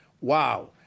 Wow